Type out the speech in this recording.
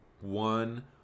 one